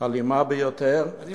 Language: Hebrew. אלימה ביותר,